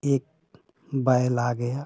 एक बैल आ गया